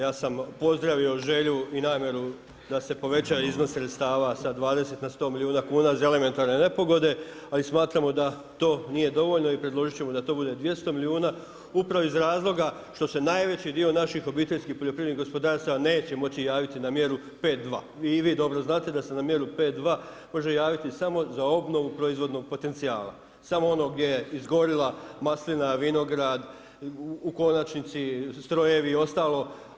Ja sam pozdravio želju i namjeru da se poveća iznos sredstava sa 20 na 100 milijuna kuna za elementarne nepogode, a i smatramo da to nije dovoljno i predložit ćemo da to bude 200 milijuna upravo iz razloga što se najveći dio naših obiteljskih poljoprivrednih gospodarstava neće moći javiti na mjeru 5.2 i vi dobro znate da se na mjeru 5.2 može javiti samo za obnovu proizvodnog potencijala, samo ono gdje je izgorila maslina, vinograd u konačnici strojevi i ostalo.